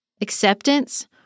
acceptance